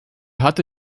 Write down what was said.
hatte